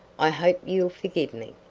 i hope you'll forgive me.